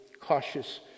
cautious